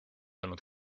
olnud